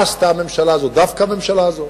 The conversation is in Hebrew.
מה עשתה הממשלה הזאת, דווקא הממשלה הזאת.